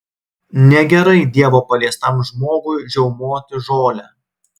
negerai dievo paliestam žmogui žiaumoti žolę